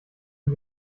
die